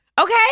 Okay